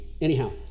Anyhow